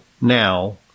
now